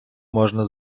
можна